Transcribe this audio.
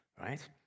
right